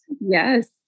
Yes